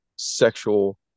sexual